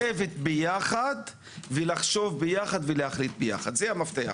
לשבת ביחס ולחשוב ולהחליט יחד, זה המפתח.